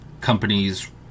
companies